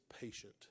patient